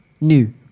new